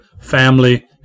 family